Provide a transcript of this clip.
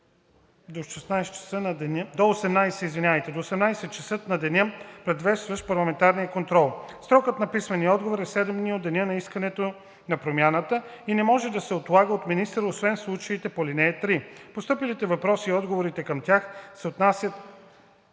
до 18,00 ч. на деня, предшестващ парламентарния контрол. Срокът за писмения отговор е 7 дни от деня на искането на промяната и не може да се отлага от министъра, освен в случаите по ал. 3. Постъпилите въпроси и отговорите към тях се внасят